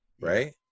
Right